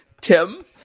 Tim